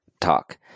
talk